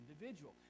individual